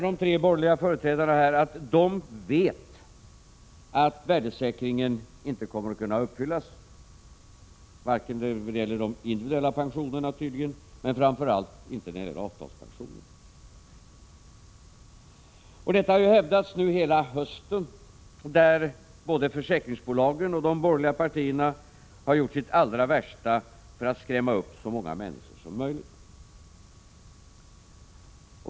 De tre borgerliga företrädarna säger nu att de vet att värdesäkringen inte kommer att kunna bibehållas vare sig när det gäller de individuella pensionerna eller — och framför allt — när det gäller avtalspensionerna. Detta har hävdats hela hösten. Både försäkringsbolagen och de borgerliga partierna har gjort sitt allra bästa för att skrämma så många människor som möjligt.